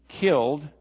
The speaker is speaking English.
killed